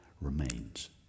remains